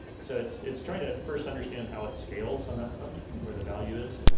so it's it's trying to first understand how it scales on that front where the value is.